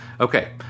Okay